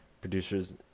producers